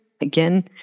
again